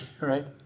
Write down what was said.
right